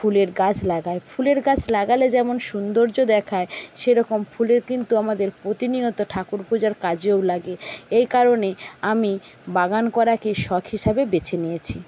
ফুলের গাছ লাগাই ফুলের গাছ লাগালে যেমন সুন্দর দেখায় সেরকম ফুলও কিন্তু আমাদের প্রতিনিয়ত ঠাকুর পুজার কাজেও লাগে এই কারণে আমি বাগান করাকেই শখ হিসাবে বেছে নিয়েছি